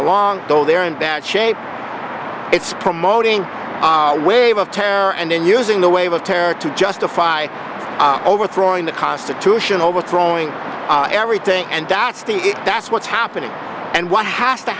along though they're in bad shape it's promoting a wave of terror and then using the wave of terror to justify overthrowing the constitution overthrowing everything and that's the that's what's happening and what has to